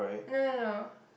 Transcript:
no no no